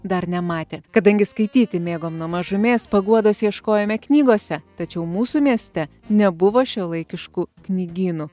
dar nematė kadangi skaityti mėgom nuo mažumės paguodos ieškojome knygose tačiau mūsų mieste nebuvo šiuolaikiškų knygynų